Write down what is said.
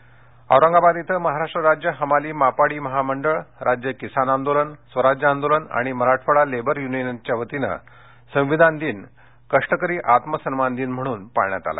संविधान दिन औरंगाबाद इथं महाराष्ट्र राज्य हमाल मापाडी महामंडळ राज्य किसान आंदोलन स्वराज्य आंदोलन आणि मराठवाडा लेबर यूनियनच्या वतीनं संविधान दिन कष्टकरी आत्मसन्मान दिन म्हणून पाळण्यात आला